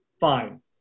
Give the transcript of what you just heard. fine